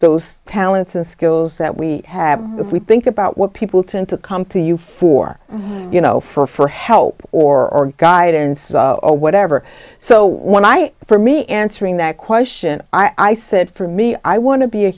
those talents and skills that we have that we think about what people tend to come to you for you know for for help or guidance or whatever so when i for me answering that question i said for me i want to be a